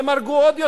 הם הרגו עוד יותר.